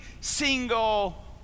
single